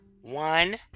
One